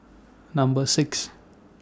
Number six